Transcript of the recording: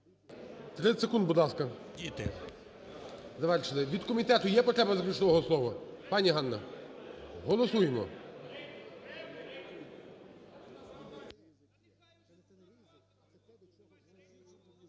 30 секунд, будь ласка. Завершили. Від комітету є потреба заключного слова? Пані Ганно? Голосуємо.